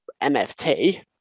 MFT